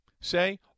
say